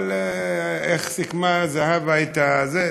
אבל איך סיכמה זהבה את זה,